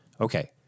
Okay